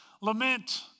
lament